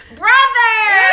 brother